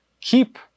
keep